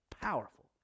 powerful